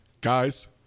guys